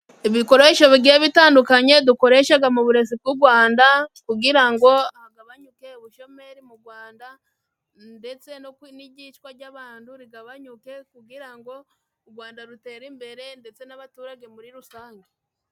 Ibikoresho bigiye bitandukanye dukoreshaga mu burezi bw'u Gwanda kugira ngo hagabanyuke ubushoyomeri mu Gwanda ndetse n'iyicwa ry'abantu rigabanyuke kugira ngo u Gwanda rutere imbere ndetse n'abaturage muri rusange.